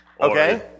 Okay